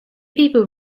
people